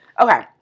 Okay